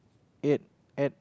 ate ate